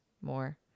more